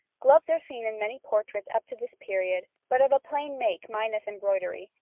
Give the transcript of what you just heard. gloves are seen in many portraits up to this period, but of a plain make minus embroidery,